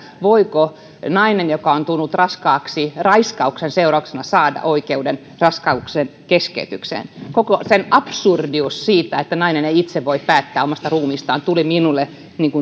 voiko nainen joka on tullut raskaaksi raiskauksen seurauksena saada oikeuden raskaudenkeskeytykseen koko sen absurdius siitä että nainen ei itse voi päättää omasta ruumiistaan tuli minulle